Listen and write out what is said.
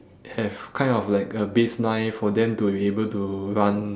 have kind of like a base line for them to be able to run